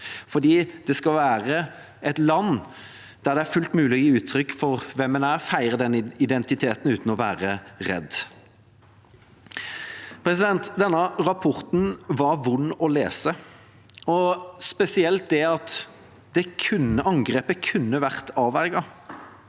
for dette skal være et land der det er fullt mulig å gi uttrykk for hvem en er, og feire den identiteten uten å være redd. Denne rapporten var vond å lese, spesielt det at angrepet kunne vært avverget.